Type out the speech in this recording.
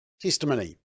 testimony